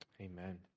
Amen